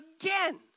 again